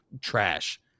trash